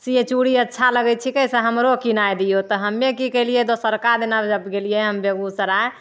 कि ये चूड़ी अच्छा लगैत छिकै से हमरो चूड़ी किनाए दिऔ तऽ हमे की कयलियै दोसरका दिना जब गेलियै हम बेगुसराय